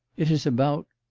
it is about.